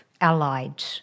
allied